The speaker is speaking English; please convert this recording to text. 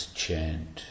chant